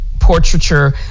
portraiture